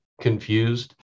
confused